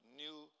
new